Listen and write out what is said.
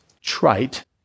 trite